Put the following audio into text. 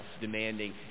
demanding